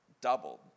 doubled